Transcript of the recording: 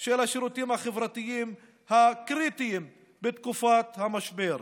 של השירותים החברתיים הקריטיים בתקופת המשבר.